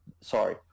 Sorry